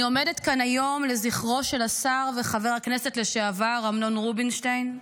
לזכרו של השר וחבר הכנסת לשעבר אמנון רובינשטיין,